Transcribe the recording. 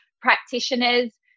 practitioners